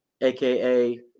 aka